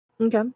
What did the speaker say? Okay